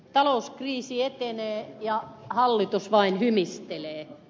talouskriisi etenee ja hallitus vain hymistelee